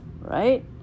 right